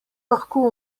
lahko